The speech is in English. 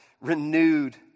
renewed